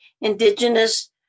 Indigenous